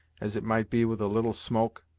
as it might be with a little smoke!